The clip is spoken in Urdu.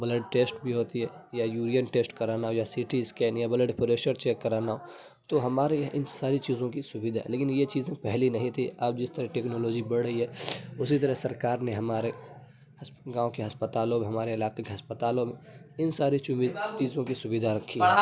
بلڈ ٹیسٹ بھی ہوتی ہے یا یورین ٹیسٹ کرانا یا سی ٹی اسکین یا بلڈ پریشر چیک کرانا تو ہمارے یہاں ان ساری چیزوں کی سویدھا ہے لیکن یہ چیزیں پہلے نہیں تھیں اب جس طرح ٹیکنالوجی بڑھ رہی ہے اسی طرح سرکار نے ہمارے ہسپ گاؤں کے ہسپتالوں میں ہمارے علاقے کے ہسپتالوں میں ان ساری چووی چیزوں کی سویدھا رکھی ہے